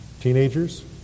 Teenagers